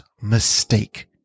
mistake